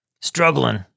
struggling